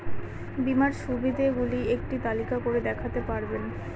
বীমার সুবিধে গুলি একটি তালিকা করে দেখাতে পারবেন?